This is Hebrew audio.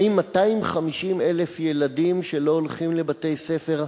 האם 250,000 ילדים שלא הולכים לבתי-ספר,